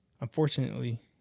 unfortunately